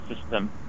system